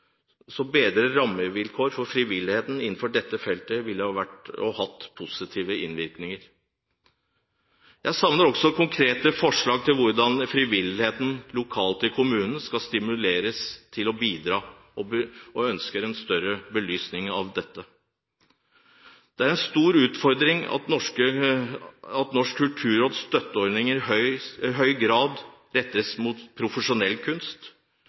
så bedre rammevilkår for frivilligheten innenfor dette feltet ville hatt en positiv innvirkning. Jeg savner konkrete forslag til hvordan frivilligheten lokalt i kommunene skal stimuleres til å bidra, og hadde ønsket en bedre belysning av dette. Det er en stor utfordring at Norsk kulturråds støtteordninger i høy grad er rettet mot profesjonell kunst,